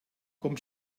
com